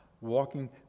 walking